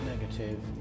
negative